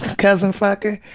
cousin fucker.